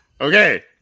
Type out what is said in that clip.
okay